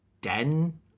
den